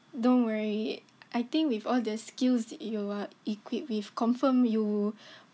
don't worry I think with all the skills you are equipped with confirm you